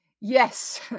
Yes